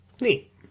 Neat